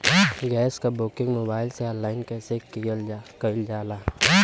Gas क booking mobile से online कईसे कईल जाला?